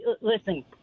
Listen